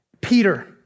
Peter